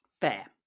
Fair